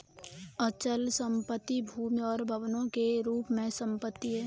अचल संपत्ति भूमि और भवनों के रूप में संपत्ति है